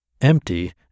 empty